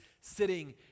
sitting